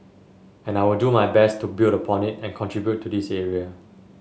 and I will do my best build upon it and contribute to this area